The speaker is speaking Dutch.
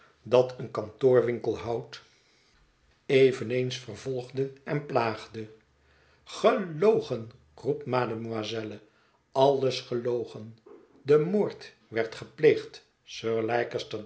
dat een kantoorwinkel houdt eveneens vervolgde en plaagde gelogen roept mademoiselle alles gelogen de moord werd gepleegd